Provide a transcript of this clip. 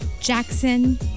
Jackson